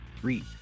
three